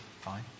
fine